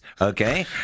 okay